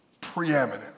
preeminent